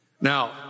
Now